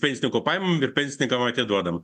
pensininkų pajamam ir pensininkam atiduodam